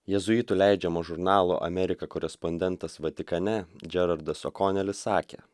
jėzuitų leidžiamo žurnalo amerika korespondentas vatikane džeraldas okonelis sakė